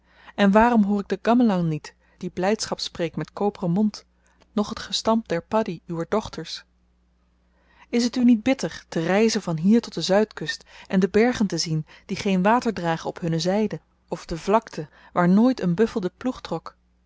en waarom hoor ik den gamlang niet die blydschap spreekt met koperen mond noch het gestamp der padie uwer dochters is het u niet bitter te reizen van hier tot de zuidkust en de bergen te zien die geen water dragen op hunne zyden of de vlakten waar nooit een buffel den ploeg trok